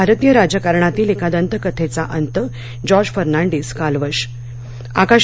भारतीय राजकारणातील एका दंतकथेचा अंत जॉर्ज फर्नांडिस कालवश